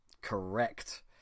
Correct